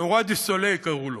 le Roi Soleil, קראו לו.